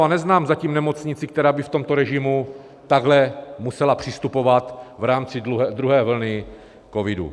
A neznám zatím nemocnici, která by v tomto režimu takhle musela přistupovat v rámci druhé vlny covidu.